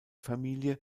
familie